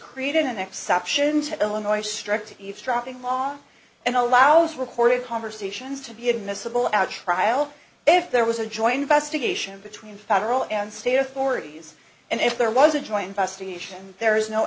created an exception to illinois strict eavesdropping law and allows recorded conversations to be admissible at trial if there was a joint investigation between federal and state authorities and if there was a joint investigation there is no